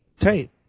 tape